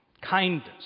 Kindness